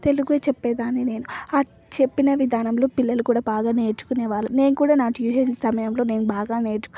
తెలుగు చెప్పేదాన్ని నేను ఆ చెప్పిన విధానంలో పిల్లలు కూడా బాగా నేర్చుకునేవాళ్ళు నేను కూడా నా ట్యూషన్ సమయంలో నేను బాగా నేర్చుకొనేదానిని